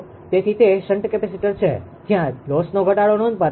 તેથી તે shunt capacitor છે જ્યાં લોસનો ઘટાડો નોંધપાત્ર છે